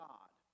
God